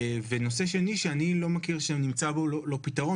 ונושא שני, שאני לא מכיר שנמצא בו פתרון.